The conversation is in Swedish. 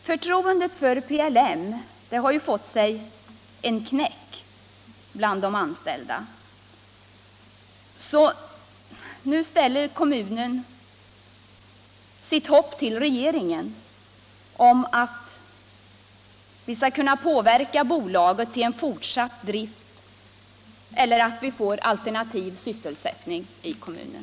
Förtroendet för PLM har fått sig en knäck bland de anställda. Nu sätter kommunen sitt hopp till regeringen om att bolaget skall kunna påverkas till fortsatt drift eller att vi skall få alternativ sysselsättning i kommunen.